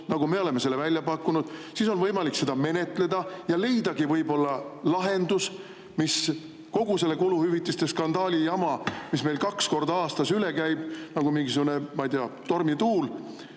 nagu me oleme selle välja pakkunud, siis on võimalik seda menetleda ja leidagi lahendus, mis kogu selle kuluhüvitiste skandaali jama, mis meil kaks korda aastas üle käib nagu mingisugune, ma ei tea, tormituul,